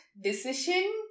decision